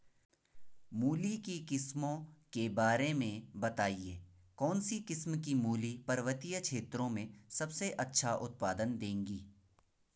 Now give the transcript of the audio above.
मूली की किस्मों के बारे में बताइये कौन सी किस्म की मूली पर्वतीय क्षेत्रों में सबसे अच्छा उत्पादन देंगी?